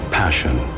passion